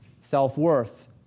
self-worth